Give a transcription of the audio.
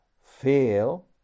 fail